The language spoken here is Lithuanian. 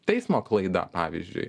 teismo klaida pavyzdžiui